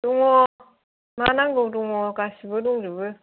दङ मा नांगौ दङ गासिबो दंजोबो